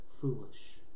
foolish